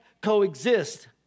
coexist